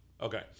okay